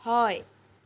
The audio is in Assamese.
হয়